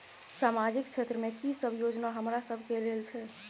सामाजिक क्षेत्र में की सब योजना हमरा सब के लेल छै?